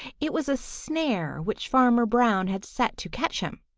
it was a snare which farmer brown had set to catch him,